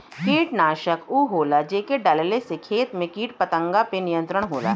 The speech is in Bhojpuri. कीटनाशक उ होला जेके डलले से खेत में कीट पतंगा पे नियंत्रण होला